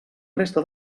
resta